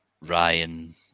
Ryan